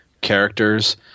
characters